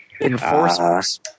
enforcers